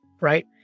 right